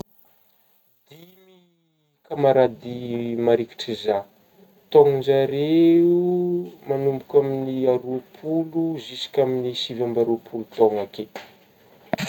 Dimy kamarady marikitry zah, tôgnan-jareo manomboka amin'ny a roapolo juska amin'ny sivy ambiroapolo tôgna ake.